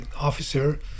officer